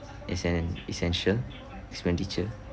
as an essential expenditure